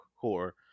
core